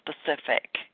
specific